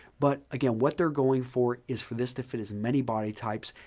but again, what they're going for is for this to fit as many body types.